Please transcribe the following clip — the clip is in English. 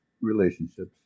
relationships